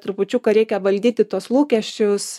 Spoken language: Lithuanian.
trupučiuką reikia valdyti tuos lūkesčius